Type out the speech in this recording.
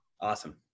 Awesome